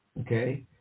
Okay